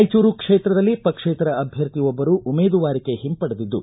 ರಾಯಚೂರು ಕ್ಷೇತ್ರದಲ್ಲಿ ಪಕ್ಷೇತರ ಅಭ್ಯರ್ಥಿ ಒಬ್ಬರು ಉಮೇದುವಾರಿಕೆ ಹಿಂಪಡೆದಿದ್ದು